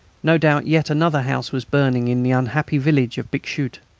no doubt yet another house was burning in the unhappy village of bixschoote.